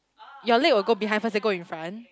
your leg will go behind first then go in front